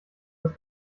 das